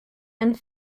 and